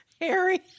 Harry